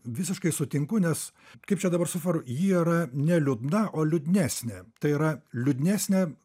visiškai sutinku nes kaip čia dabar sufor ji yra ne liūdna o liūdnesnė tai yra liūdnesnė